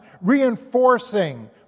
reinforcing